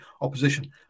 opposition